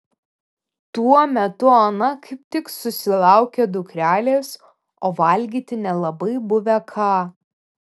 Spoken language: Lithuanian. tuo metu ona kaip tik susilaukė dukrelės o valgyti nelabai buvę ką